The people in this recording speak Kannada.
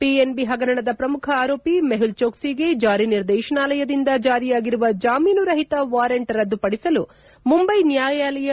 ಪಿಎನ್ಬಿ ಹಗರಣದ ಪ್ರಮುಖ ಆರೋಪಿ ಮೆಹುಲ್ ಚೋಕ್ಟಿಗೆ ಚಾರಿ ನಿರ್ದೇಶನಾಲಯದಿಂದ ಜಾರಿಯಾಗಿರುವ ಜಾಮೀನು ರಹಿತ ವಾರೆಂಟ್ ರದ್ದುಪಡಿಸಲು ಮುಂಬೈ ನ್ವಾಯಾಲಯ ನಕಾರ